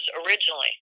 originally